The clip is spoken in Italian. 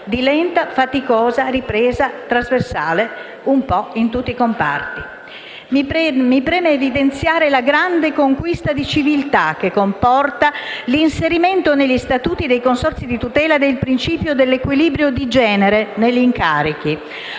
di lenta e faticosa ripresa trasversale un po' in tutti i comparti. Mi preme evidenziare la grande conquista di civiltà che comporta l'inserimento negli statuti dei consorzi di tutela del principio di equilibrio di genere negli incarichi.